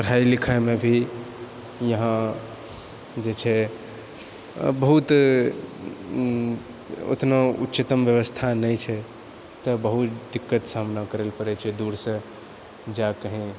पढ़ाइ लिखाइमे भी यहाँ जे छै बहुत ओतनो उच्चतम व्यवस्था नहि छै तऽ बहुत दिक्कतके सामना करए लए पड़ै छै दूरसँ जाकऽ ही